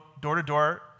door-to-door